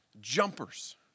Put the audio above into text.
jumpers